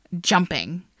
jumping